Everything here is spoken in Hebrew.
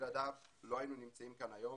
ובלעדיו לא היינו נמצאים כאן היום.